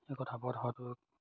সেই কথাবোৰত হয়তো